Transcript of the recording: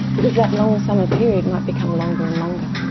because that long summer period might become longer and longer.